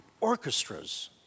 orchestras